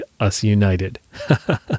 UsUnited